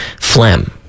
phlegm